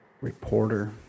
reporter